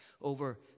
over